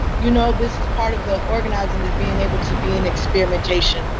you know, this is part of the organizing, is being able to be in experimentation.